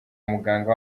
muganga